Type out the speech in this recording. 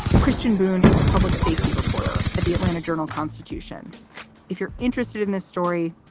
christian boone is the public safety reporter at the atlanta journal constitution if you're interested in this story,